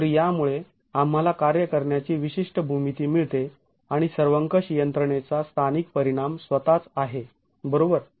तर यामुळे आम्हाला कार्य करण्याची विशिष्ट भूमिती मिळते आणि सर्वंकष यंत्रणेचा स्थानिक परिणाम स्वतःच आहे बरोबर